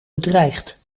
bedreigt